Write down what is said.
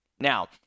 now